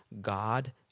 God